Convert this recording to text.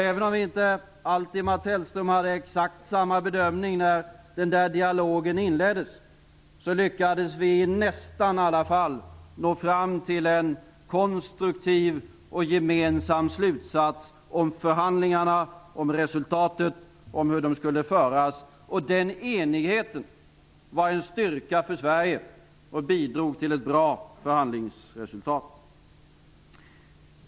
Även om Mats Hellström inte alltid gjorde exakt samma bedömning som vi när dialogen inleddes, så lyckades vi - i alla fall nästan - nå fram till en konstruktiv och gemensam slutsats om hur förhandlingarna skulle föras. Den enigheten var en styrka för Sverige och bidrog till ett bra förhandlingsresultat.